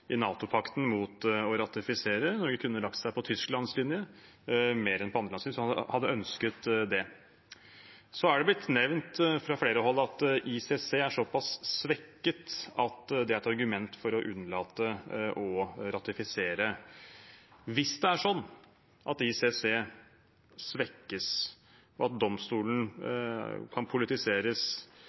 i NATO-pakten for å ratifisere. Norge kunne ha lagt seg på Tysklands linje – mer enn på andre lands linje – hvis man hadde ønsket det. Det har blitt nevnt fra flere hold at ICC er såpass svekket at det er et argument for å unnlate å ratifisere. Hvis det er sånn at ICC svekkes, at domstolen kan politiseres,